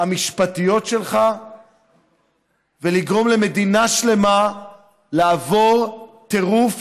המשפטיות שלך ולגרום למדינה שלמה לעבור טירוף